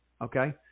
Okay